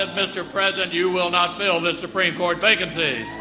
ah mr. president, you will not fill this supreme court vacancy.